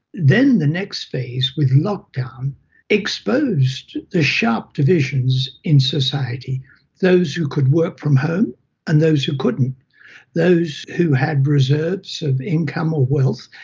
then the next phase with lockdown exposed the sharp divisions in society those who could work from home and those who couldn't those who had reserves of income or wealth,